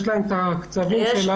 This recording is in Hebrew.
יש להם את הקצב שלהם.